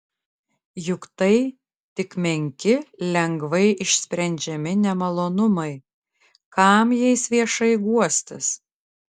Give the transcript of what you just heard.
juk tai tik menki lengvai išsprendžiami nemalonumai kam jais viešai guostis